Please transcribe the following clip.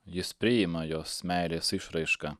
jis priima jos meilės išraišką